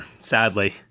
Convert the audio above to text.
Sadly